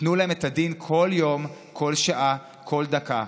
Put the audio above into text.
תנו להם את הדין כל יום, כל שעה, כל דקה.